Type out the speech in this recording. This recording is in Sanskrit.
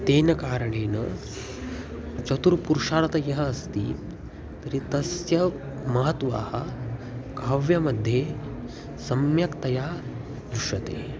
तेन कारणेन चतुर्पुषार्थाः ये अस्ति तर्हि तस्य महत्त्वं काव्यमध्ये सम्यक्तया दृश्यते